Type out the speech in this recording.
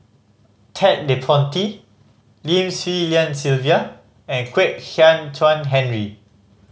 Ted De Ponti Lim Swee Lian Sylvia and Kwek Hian Chuan Henry